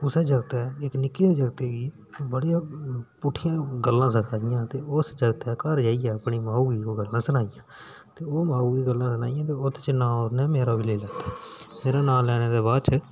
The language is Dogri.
कुसै जागतै इक निक्के नेह् जागतै गी बड़ियां पुट्ठियां गल्लां सखाइयां ते उस जागतै घर जाइयै ओह् गल्लां अपनी माऊ गी सनाइयां ओह् माऊ गी गल्लां सनाइयां ओह्दे च नांऽ उसने मेरा बी लेई लैता ते नुहाड़े नांऽ लैने दे बाद च